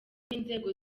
n’inzego